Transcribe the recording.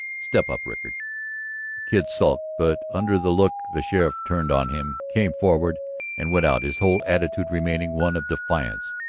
step up, rickard. the kid sulked, but under the look the sheriff turned on him came forward and went out, his whole attitude remaining one of defiance.